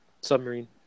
Submarine